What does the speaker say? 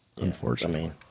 unfortunately